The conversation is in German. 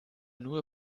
nur